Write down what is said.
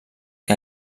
que